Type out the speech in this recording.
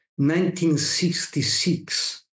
1966